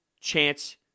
chance